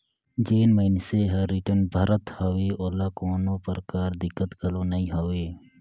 जेन मइनसे हर रिटर्न भरत हवे ओला कोनो परकार दिक्कत घलो नइ होवे